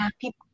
people